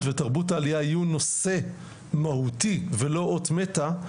ותרבות העלייה יהיו נושא מהותי ולא אות מתה,